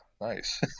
Nice